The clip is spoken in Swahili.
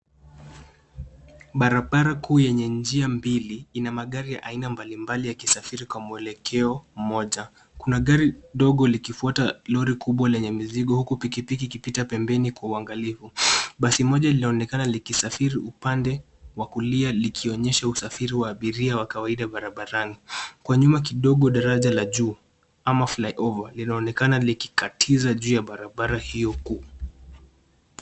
Barabara kuu yenye njia mbili ina magari ya aina mbalimbali yakisafiri kwa mwelekeo mmoja. Kuna gari dogo likifuata lori kubwa lenye mizigo huku pikipiki ikipita pembeni kwa uangalifu. Basi moja linaonekana likisafiri upande wa kulia likionyesha usafiri wa abiria wa kawaida barabarani. Kwa nyuma kidogo daraja la juu ama flyover inaonekana likikatiza juu ya barabara hiyo kuu.